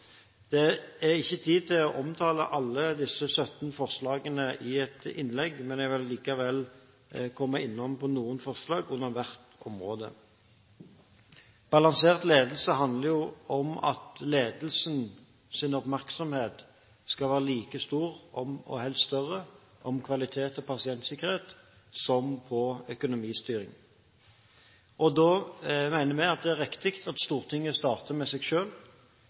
Det er ikke tid til å omtale alle disse 18 punktene i et innlegg, men jeg vil likevel komme inn på noen forslag under hvert område. Balansert ledelse handler om at ledelsens oppmerksomhet skal være like stor, og helst større, på kvalitet og pasientsikkerhet som på økonomistyring. Da mener vi det er riktig at Stortinget starter med seg